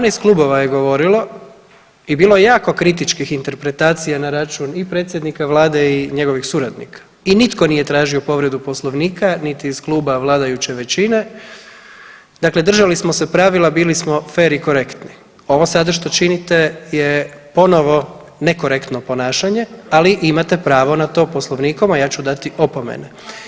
12 klubova je govorilo i bilo je jako kritičkih interpretacija na račun i predsjednika vlade i njegovih suradnika i nitko nije tražio povredu poslovnika niti iz kluba vladajuće većine, dakle držali smo se pravila, bili smo fer i korektni, ovo što sada činite je ponovno nekorektno ponašanje, ali imate pravo na to poslovnikom, a ja ću dati opomene.